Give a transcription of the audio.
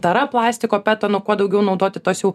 tara plastiko petono kuo daugiau naudoti tos jau